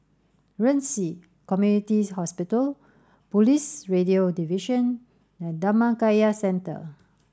Ren Ci Community Hospital Police Radio Division and Dhammakaya Centre